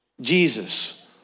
Jesus